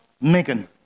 Megan